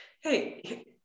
Hey